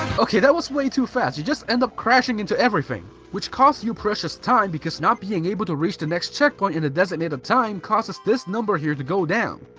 okay that was way too fast, you just end up crashing into everything, which costs you precious time, because not being able to reach the next checkpoint in the designated time causes this number here to go down,